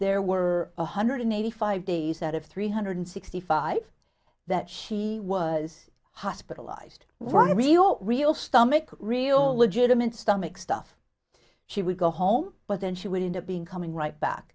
there were one hundred eighty five days out of three hundred sixty five that she was hospitalized were real real stomach real legitimate stomach stuff she would go home but then she would end up being coming right back